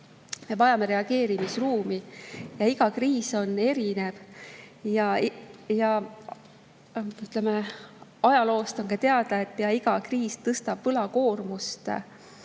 Me vajame reageerimisruumi. Iga kriis on erinev. Ajaloost on ka teada, et pea iga kriis tõstab võlakoormust,